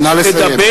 נא לסיים.